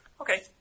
Okay